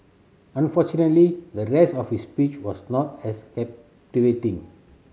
unfortunately the rest of his speech was not as captivating